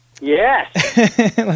Yes